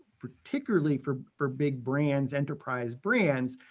particularly for for big brands, enterprise brands,